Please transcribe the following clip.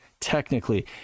technically